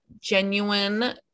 genuine